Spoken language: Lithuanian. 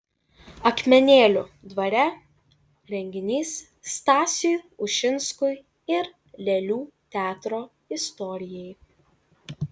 akmenėlių dvare renginys stasiui ušinskui ir lėlių teatro istorijai